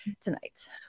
tonight